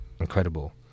incredible